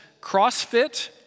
CrossFit